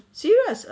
serious